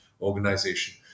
Organization